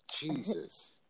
Jesus